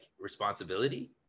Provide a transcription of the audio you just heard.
responsibility